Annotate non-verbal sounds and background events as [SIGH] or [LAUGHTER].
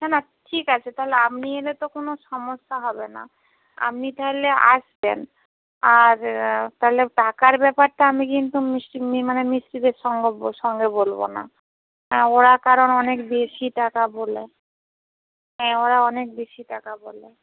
না না ঠিক আছে তাহলে আপনি এলে তো কোনো সমস্যা হবে না আপনি তাহলে আসবেন আর তাহলে টাকার ব্যাপারটা আমি কিন্তু [UNINTELLIGIBLE] মানে মিস্ত্রিদের সঙ্গে [UNINTELLIGIBLE] সঙ্গে বলব না ওরা অনেক বেশি টাকা বলে হ্যাঁ ওরা অনেক বেশি টাকা বলে